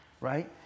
right